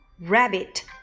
Rabbit